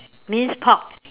minced pork